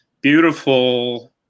beautiful